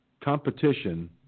competition